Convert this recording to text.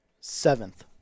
seventh